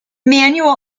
manual